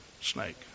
snake